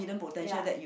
ya